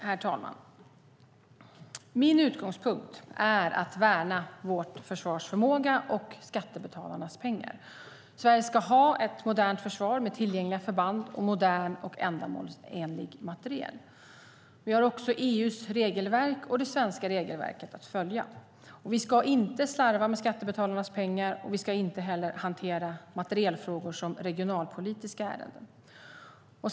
Herr talman! Min utgångspunkt är att värna vårt försvars förmåga och skattebetalarnas pengar. Sverige ska ha ett modernt försvar med tillgängliga förband och modern och ändamålsenlig materiel. Vi har också EU:s regelverk och det svenska regelverket att följa. Vi ska inte slarva med skattebetalarnas pengar, och vi ska inte heller hantera materielfrågor som regionalpolitiska ärenden.